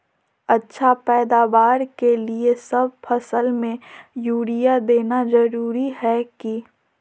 अच्छा पैदावार के लिए सब फसल में यूरिया देना जरुरी है की?